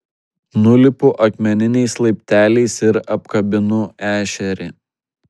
nulipu akmeniniais laipteliais ir apkabinu ešerį